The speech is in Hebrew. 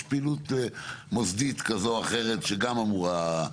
יש פעילות מוסדית כזו או אחרת שגם אמורה.